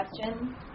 question